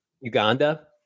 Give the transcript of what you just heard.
Uganda